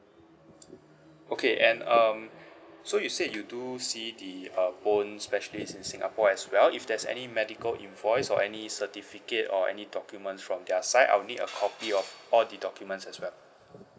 okay and um so you said you do see the uh bone specialist in singapore as well if there's any medical invoice or any certificate or any documents from their side I'll need a copy off all the documents as well